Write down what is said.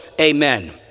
amen